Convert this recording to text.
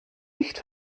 nicht